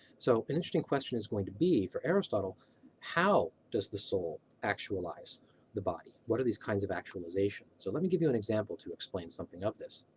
so, an interesting question is going to be for aristotle how does the soul actualize the body? what are these kinds of actualization? so let me give you an example to explain something of this.